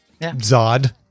Zod